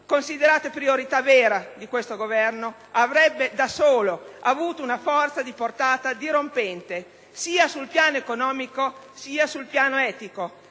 considerato priorità vera di questo Governo, avrebbe avuto da solo una forza di portata dirompente, sia sul piano economico, sia sul piano etico.